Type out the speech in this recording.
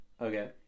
Okay